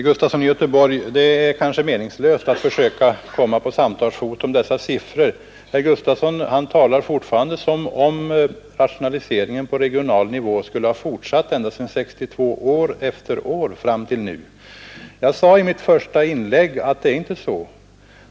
Herr talman! Det är kanske meningslöst att försöka komma på samtalsfot om dessa siffror, herr Gustafson i Göteborg. Han talar fortfarande som om rationaliseringen på regional nivå skulle ha fortsatt år efter år från 1962 och fram till nu. I mitt första inlägg sade jag att det inte är så.